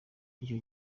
icyo